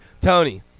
Tony